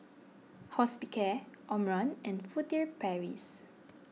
Hospicare Omron and Furtere Paris